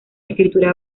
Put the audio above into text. escritura